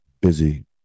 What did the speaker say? busy